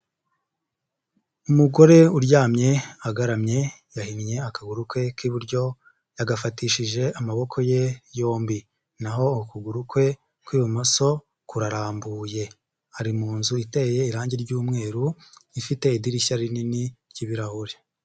Umugore uryamye, agaramye, yahinye akaguru ke k'iburyo, yagafatishije amaboko ye yombi. Na ho ukuguru kwe kw'ibumoso kurarambuye. ari mu nzu iteye irange ry'umweru, ifite idirishya rinini ry'ibirahure.